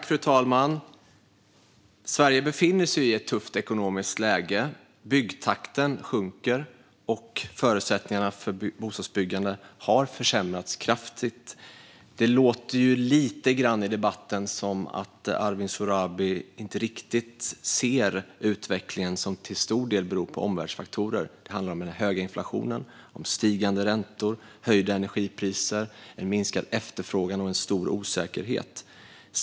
Fru talman! Sverige befinner sig i ett tufft ekonomiskt läge. Byggtakten sjunker, och förutsättningarna för bostadsbyggande har försämrats kraftigt. Det låter lite grann i debatten som att Arwin Sohrabi inte riktigt ser utvecklingen, som till stor del beror på omvärldsfaktorer. Det handlar om den höga inflationen, stigande räntor, höjda energipriser, en minskad efterfrågan och en stor osäkerhet.